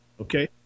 okay